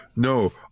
No